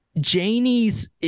Janie's